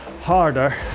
harder